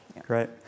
Great